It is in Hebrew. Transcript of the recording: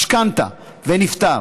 משכנתה, ונפטר.